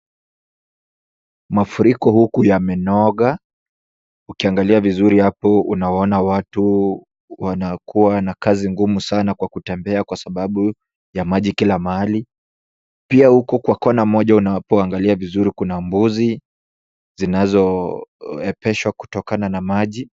Mafuriko huku yamenoga, ukiangalia vizuri yapo, unawaona watu, wanakua na kazi ngumu sana kwa kutembea kwa sababu, ya maji kila mahali, pia huku kwa kona moja unapoangalia vizuri kuna mbuzi, zinazo, epeshwa kutokana na maji.